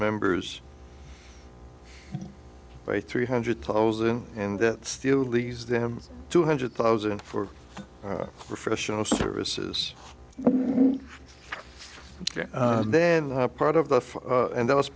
members by three hundred thousand and that still leaves them two hundred thousand for professional services and then part of the five and that